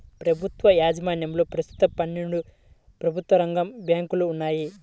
ప్రభుత్వ యాజమాన్యంలో ప్రస్తుతం పన్నెండు ప్రభుత్వ రంగ బ్యాంకులు ఉన్నాయి